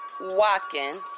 Watkins